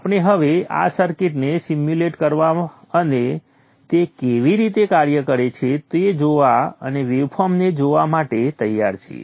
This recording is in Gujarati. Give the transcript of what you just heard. આપણે હવે આ સર્કિટને સીમ્યુલેટ કરવા અને તે કેવી રીતે કાર્ય કરે છે તે જોવા અને વેવફોર્મ્સને જોવા માટે તૈયાર છીએ